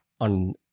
on